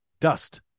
Dust